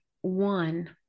one